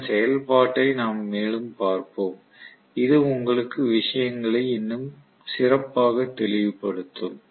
இதன் செயல்பாட்டை நாம் மேலும் பார்ப்போம் இது உங்களுக்கு விஷயங்களை இன்னும் சிறப்பாக தெளிவுபடுத்தும்